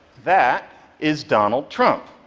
that is donald trump.